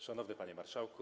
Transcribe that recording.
Szanowny Panie Marszałku!